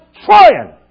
trying